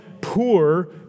poor